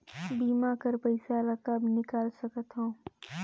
बीमा कर पइसा ला कब निकाल सकत हो?